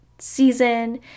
season